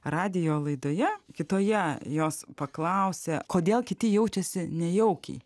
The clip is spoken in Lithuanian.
radijo laidoje kitoje jos paklausė kodėl kiti jaučiasi nejaukiai